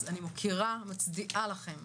אז אני מוקירה, מצדיעה לכם,